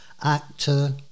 actor